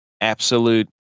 Absolute